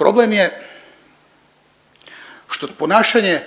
Problem je što ponašanje,